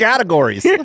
Categories